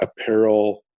apparel –